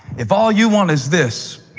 if all you want is this,